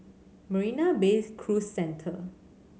Marina Bay Cruise Centre